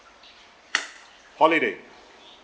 holiday